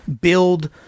build